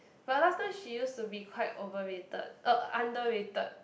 but last time she used to be quite overrated uh underrated